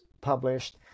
published